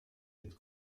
mit